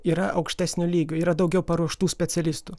yra aukštesnio lygio yra daugiau paruoštų specialistų